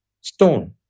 stone